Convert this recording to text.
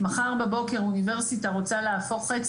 אם מחר בבוקר אוניברסיטה רוצה להפוך חצי